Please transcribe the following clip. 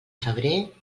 febrer